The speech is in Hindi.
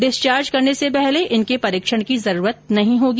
डिस्चार्ज करने से पहले इनके परीक्षण की जरूरत नहीं होगी